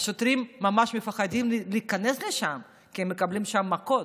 השוטרים ממש מפחדים להיכנס לשם כי הם מקבלים שם מכות.